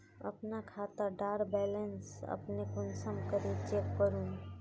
अपना खाता डार बैलेंस अपने कुंसम करे चेक करूम?